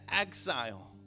exile